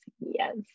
Yes